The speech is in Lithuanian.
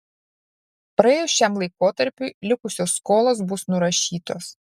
praėjus šiam laikotarpiui likusios skolos bus nurašytos